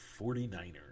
49ers